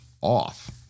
off